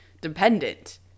dependent